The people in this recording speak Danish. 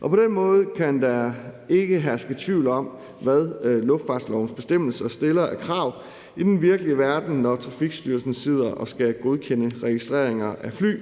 På den måde kan der ikke herske tvivl om, hvad luftfartslovens bestemmelser stiller af krav i den virkelige verden, når Trafikstyrelsen sidder og skal godkende registreringer af fly